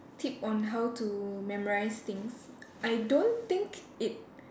tip on how to memorise things I don't think it